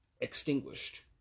extinguished